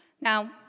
Now